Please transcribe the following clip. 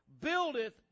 buildeth